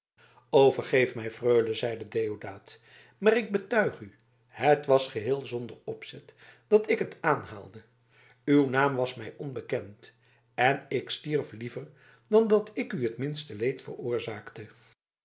o vergeef mij freule zeide deodaat maar ik betuig u het was geheel zonder opzet dat ik het aanhaalde uw naam was mij onbekend en ik stierf liever dan dat ik u het minste leed veroorzaakte